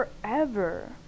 forever